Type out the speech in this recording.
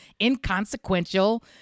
inconsequential